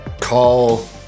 call